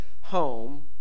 home